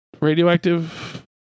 Radioactive